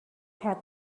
had